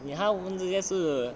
你还要我问这件事